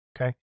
Okay